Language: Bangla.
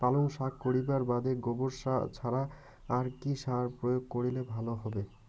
পালং শাক করিবার বাদে গোবর ছাড়া আর কি সার প্রয়োগ করিলে ভালো হবে?